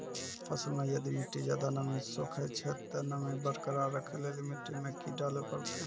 फसल मे यदि मिट्टी ज्यादा नमी सोखे छै ते नमी बरकरार रखे लेली मिट्टी मे की डाले परतै?